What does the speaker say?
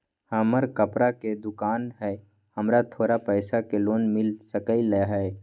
हमर कपड़ा के दुकान है हमरा थोड़ा पैसा के लोन मिल सकलई ह?